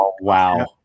Wow